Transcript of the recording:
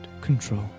control